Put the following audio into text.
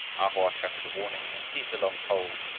a hoa shouted a warning, and seized a long pole,